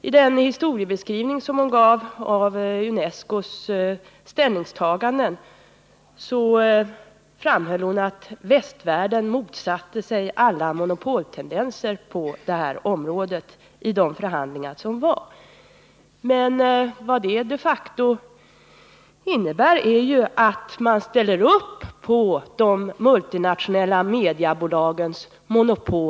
I sin historiebeskrivning av UNESCO:s ställningstaganden framhåller hon att västvärlden i de förhandlingar som varit motsatt sig alla monopoltendenser på det här området. Vad detta de facto innebär är att man ställer upp på de multinationella mediabolagens krav på monopol inom området.